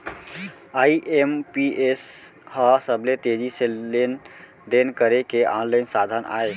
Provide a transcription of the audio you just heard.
IMPS ह सबले तेजी से लेन देन करे के आनलाइन साधन अय